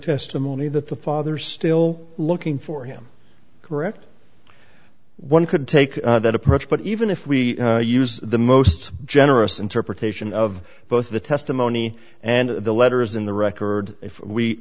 testimony that the father still looking for him correct one could take that approach but even if we use the most generous interpretation of both the testimony and the letters in the record if we